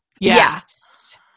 Yes